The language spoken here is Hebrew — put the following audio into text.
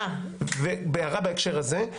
הערה בהקשר הזה.